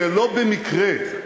שלא במקרה,